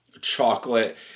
chocolate